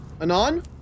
Anon